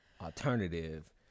alternative